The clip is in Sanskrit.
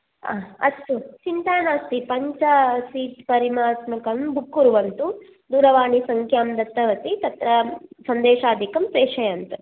हा अस्तु चिन्ता नास्ति पञ्च सीट् परिमात्मतं बुक् कुर्वन्तु दूरवाणीसंख्यां दत्तवती तत्र सन्देशादिकं प्रेषयन्तु